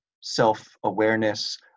self-awareness